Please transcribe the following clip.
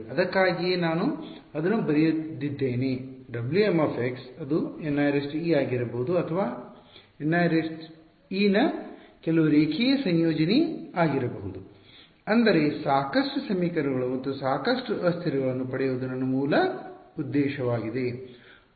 ಅದಕ್ಕಾಗಿಯೇ ನಾನು ಅದನ್ನು ಬರೆದಿದ್ದೇನೆ Wm ಅದು N ie ಆಗಿರಬಹುದು ಅಥವಾ Nie ನ ಕೆಲವು ರೇಖೀಯ ಸಂಯೋಜನೆಯಾಗಿರಬಹುದು ಅಂದರೆ ಸಾಕಷ್ಟು ಸಮೀಕರಣಗಳು ಮತ್ತು ಸಾಕಷ್ಟು ಅಸ್ಥಿರಗಳನ್ನು ಪಡೆಯುವುದು ನನ್ನ ಮೂಲ ಉದ್ದೇಶವಾಗಿದೆ